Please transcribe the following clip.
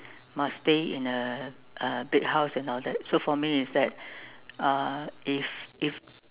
must stay in a big house and all that so for me is that uh if if